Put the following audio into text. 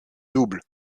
doubles